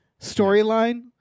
storyline